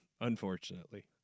Unfortunately